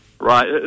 Right